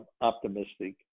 optimistic